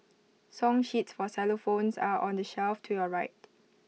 song sheets for xylophones are on the shelf to your right